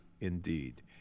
indeed